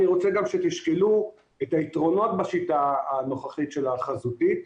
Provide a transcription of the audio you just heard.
אני רוצה שתשקלו גם את היתרונות בשיטה הנוכחית החזותית,